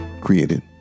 created